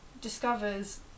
discovers